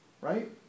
right